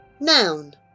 Noun